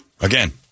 Again